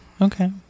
okay